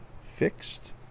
fixed